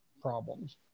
problems